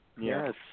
Yes